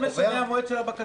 מה זה משנה המועד של הבקשה?